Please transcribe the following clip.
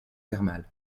thermal